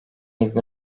izni